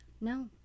No